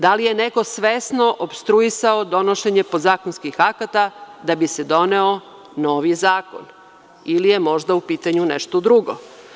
Da li je neko svesno opstruisao donošenje podzakonskih akata da bi se doneo novi zakon, ili je možda u pitanju nešto drugo?